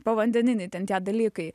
povandeniniai ten tie dalykai